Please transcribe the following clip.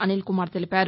అనిల్ కుమార్ తెలిపారు